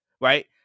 Right